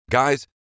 Guys